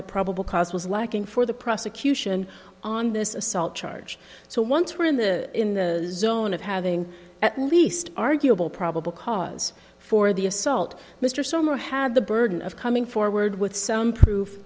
the probable cause was lacking for the prosecution on this assault charge so once we're in the in the zone of having at least arguable probable cause for the assault mr summer had the burden of coming forward with some proof